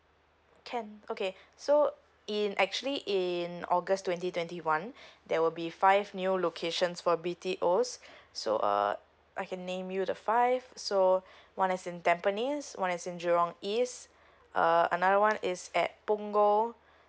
can okay so in actually in august twenty twenty one there will be five new locations for B_T_Os so uh I can name you the five so one is in tampines one is in jurong east uh another one is at punggol